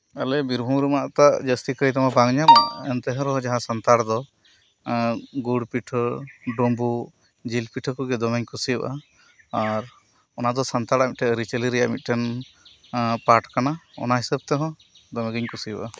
ᱟᱞᱮ ᱵᱤᱨᱵᱷᱩᱢ ᱨᱮᱢᱟᱜ ᱛᱚ ᱡᱟᱹᱥᱛᱤ ᱠᱟᱭᱛᱮ ᱵᱟᱝ ᱧᱟᱢᱚᱜ ᱮᱱᱛᱮ ᱨᱮᱦᱚᱸ ᱡᱟᱦᱟᱸ ᱥᱟᱱᱛᱟᱲ ᱫᱚ ᱜᱩᱲ ᱯᱤᱴᱷᱟᱹ ᱰᱩᱢᱵᱩᱜ ᱡᱤᱞ ᱯᱤᱴᱷᱟᱹ ᱠᱚᱜᱮ ᱫᱚᱢᱮᱧ ᱠᱩᱥᱤᱭᱟᱜᱼᱟ ᱟᱨ ᱚᱱᱟ ᱫᱚ ᱥᱟᱱᱛᱟᱲᱟᱜ ᱢᱤᱫᱴᱮᱱ ᱟᱹᱨᱤᱪᱟᱹᱞᱤ ᱨᱮᱭᱟᱜ ᱢᱤᱫᱴᱮᱱ ᱯᱟᱴ ᱠᱟᱱᱟ ᱚᱱᱟ ᱦᱤᱥᱟᱹᱵᱽ ᱛᱮᱦᱚᱸ ᱫᱚᱢᱮᱜᱤᱧ ᱠᱩᱥᱤᱭᱟᱜᱼᱟ